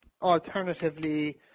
alternatively